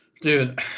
dude